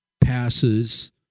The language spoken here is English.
passes